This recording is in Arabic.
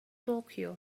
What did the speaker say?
طوكيو